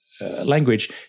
language